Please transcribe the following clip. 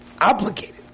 obligated